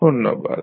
ধন্যবাদ